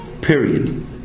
Period